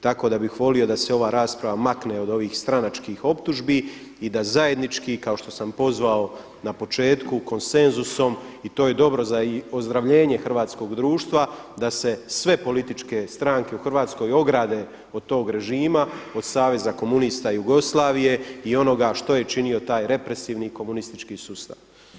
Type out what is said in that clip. Tako da bih volio da se ova rasprava makne od ovih stranačkih optužbi i da zajednički kao što sam pozvao na početku konsenzusom i to je dobro za ozdravljenje hrvatskog društva da se sve političke stranke u Hrvatskoj ograde od tog režima, od saveza komunista Jugoslavije i onoga što je činio taj represivni komunistički sustav.